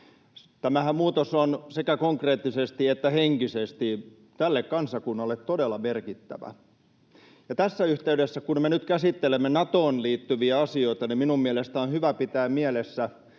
Tämä muutoshan on sekä konkreettisesti että henkisesti tälle kansakunnalle todella merkittävä. Ja tässä yhteydessä, kun me nyt käsittelemme Natoon liittyviä asioita, on minun mielestäni hyvä pitää mielessä,